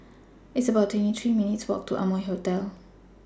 It's about twenty three minutes' Walk to Amoy Hotel